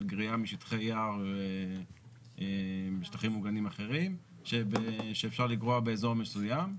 גריעה משטחי יער ושטחים מוגנים אחרים שאפשר לגרוע באזור מסוים.